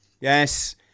Yes